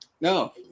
No